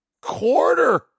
quarter